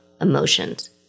emotions